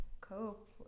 cope